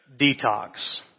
detox